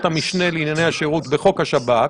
המשנה לענייני השירות בחוק השב"כ,